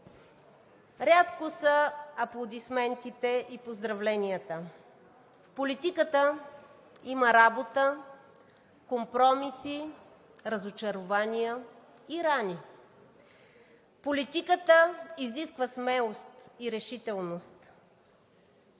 рядкост са аплодисментите и поздравленията. В политиката има работа, компромиси, разочарования и рани. Политиката изисква смелост и решителност.